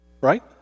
Right